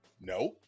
No